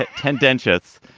ah tendentious,